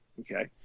Okay